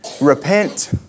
Repent